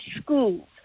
schools